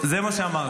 זה מה שאמרתי.